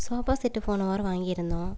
sofa set போன வாரம் வாங்கியிருந்தோம்